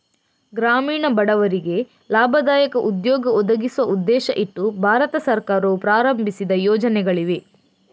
ಗ್ರಾಮೀಣ ಬಡವರಿಗೆ ಲಾಭದಾಯಕ ಉದ್ಯೋಗ ಒದಗಿಸುವ ಉದ್ದೇಶ ಇಟ್ಟು ಭಾರತ ಸರ್ಕಾರವು ಪ್ರಾರಂಭಿಸಿದ ಯೋಜನೆಗಳಿವೆ